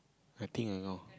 I think I know